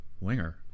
Winger